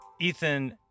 Ethan